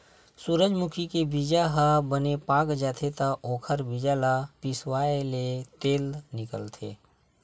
सूरजमूजी के बीजा ह बने पाक जाथे त ओखर बीजा ल पिसवाएले तेल निकलथे